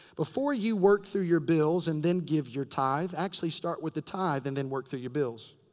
before you work through your bills and then give your tithe. actually start with the tithe and then work through your bills.